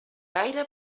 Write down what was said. gaire